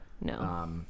No